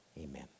Amen